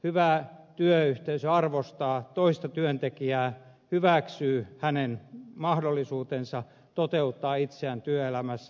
hyvä työyhteisö arvostaa toista työntekijää hyväksyy hänen mahdollisuutensa toteuttaa itseään työelämässä